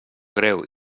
greu